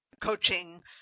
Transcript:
coaching